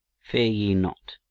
fear ye not,